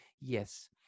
Yes